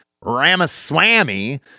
Ramaswamy